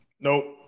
Nope